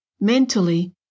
mentally